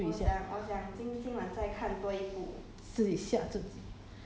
我 ah 我今晚要早睡今天拜五 leh 我 sh~ 很久没有睡 liao 我要早睡一下